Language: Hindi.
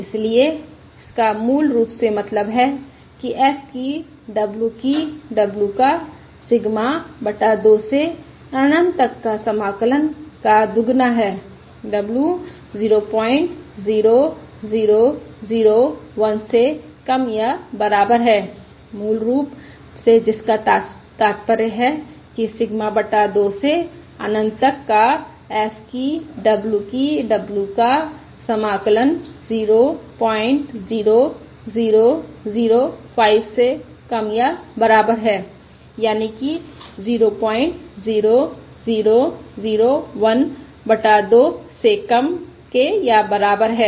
इसलिए इसका मूल रूप से मतलब है कि f की w की w का सिग्मा बटा 2 से अनंत तक का समाकलन का दुगना है w 00001 से कम या बराबर है मूल रूप जिसका तात्पर्य है कि सिग्मा बटा 2 से अनंत तक का f की w की w का समाकलन 00005 से कम या बराबर है यानी 00001 बटा 2 से कम के या बराबर है